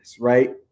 right